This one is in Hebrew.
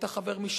את החבר משם.